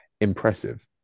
impressive